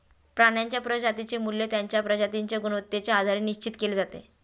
प्राण्यांच्या प्रजातींचे मूल्य त्यांच्या प्रजातींच्या गुणवत्तेच्या आधारे निश्चित केले जाते